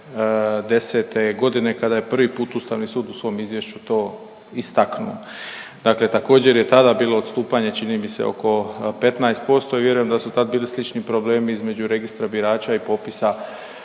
2010.g. kada je prvi put ustavni sud u svom izvješću to istaknuo, dakle također je tada bilo odstupanje čini mi se oko 15% i vjerujem da su tad bili slični problemi između Registra birača i popisa,